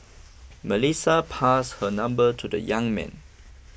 Melissa pass her number to the young man